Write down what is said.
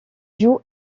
joue